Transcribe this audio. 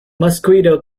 mosquito